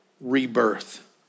rebirth